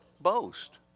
boast